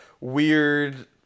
weird